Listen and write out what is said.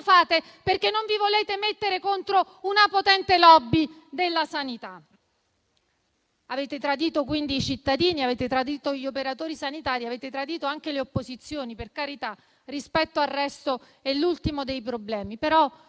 perché non vi volete mettere contro una potente *lobby* della sanità. Avete tradito i cittadini, avete tradito gli operatori sanitari e avete tradito anche le opposizioni. Per carità, rispetto al resto è l'ultimo dei problemi,